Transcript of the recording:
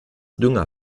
dünger